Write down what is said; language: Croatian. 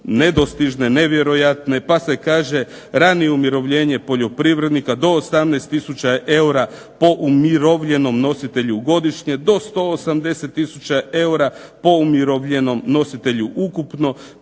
nedostižne, nevjerojatne, pa se kaže ranije umirovljenje poljoprivrednika do 18 tisuća eura po umirovljenom nositelju godišnje, do 180 tisuća eura po umirovljenom nositelju ukupno,